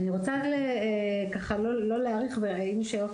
אני רוצה ככה לא להאריך ואם יש שאלות